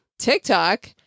TikTok